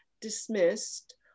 dismissed